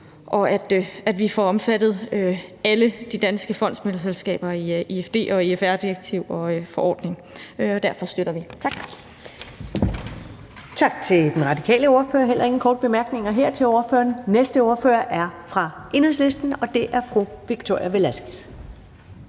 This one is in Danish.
og at vi får omfattet alle de danske fondsmæglerselskaber af IFD-direktivet og IFR-forordningen, og derfor støtter vi. Tak.